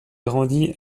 grandi